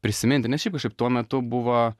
prisiminti nes šiaip kažkaip tuo metu buvo